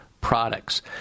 Products